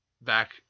back